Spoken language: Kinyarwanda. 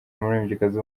umuririmbyikazi